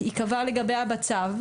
ייקבע לגביה בצו,